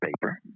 paper